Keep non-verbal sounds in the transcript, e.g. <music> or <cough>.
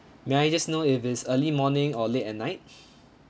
may I just know if it's early morning or late at night <breath>